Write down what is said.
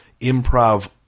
improv